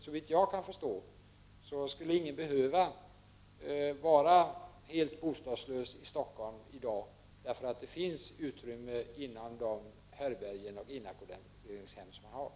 Såvitt jag kan förstå, skulle ingen behöva vara helt bostadslös i Stockholm i dag, därför att det finns utrymme inom befintliga härbärgen och inackorderingshem.